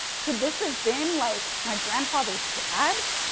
could this have been like my grandfather's dad?